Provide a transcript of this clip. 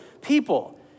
people